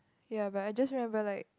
ya but I just remember like